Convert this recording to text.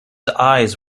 eyes